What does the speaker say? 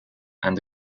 and